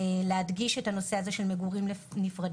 להדגיש את הנושא הזה של מגורים נפרדים